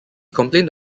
complained